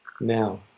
now